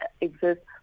exists